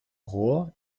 rohr